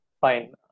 fine